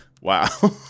Wow